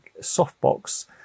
softbox